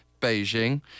Beijing